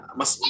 mas